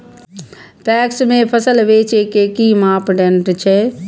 PACS में फसल बेचे के कि मापदंड छै?